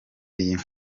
iyi